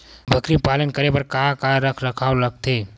बकरी पालन करे बर काका रख रखाव लगथे?